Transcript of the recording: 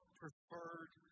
preferred